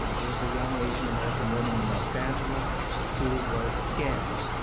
um there was a young asian-american woman in los angeles who was scammed.